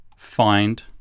Find